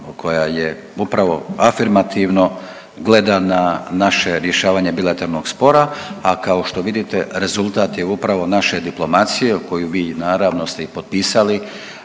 koja je upravo afirmativno gleda na naše rješavanje bilateralnog spora, a kao što vidite rezultat je upravo naše diplomacije u koju vi naravno ste i potpisali